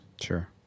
Sure